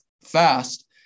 fast